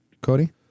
Cody